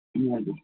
ए हजुर